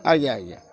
ଆଜ୍ଞା ଆଜ୍ଞା